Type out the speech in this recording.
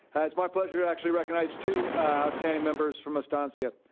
it's my pleasure to actually recognize two outstanding members from estancia.